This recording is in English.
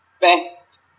best